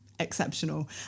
exceptional